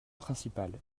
principale